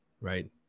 right